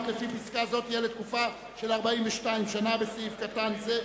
לפי פסקה זו תהיה לתקופה של 49 שנים (בסעיף קטן זה,